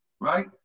right